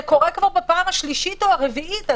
קורה כבר בפעם השלישית או הרביעית.